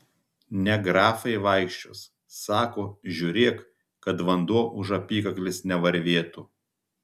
ne grafai vaikščios sako žiūrėk kad vanduo už apykaklės nevarvėtų